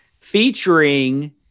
featuring